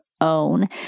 own